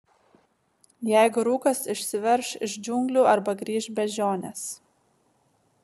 jeigu rūkas išsiverš iš džiunglių arba grįš beždžionės